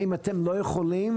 האם אתם לא יכולים?